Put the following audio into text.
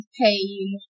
pain